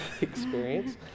experience